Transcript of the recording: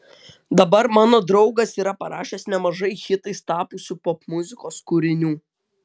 dabar mano draugas yra parašęs nemažai hitais tapusių popmuzikos kūrinių